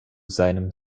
seinem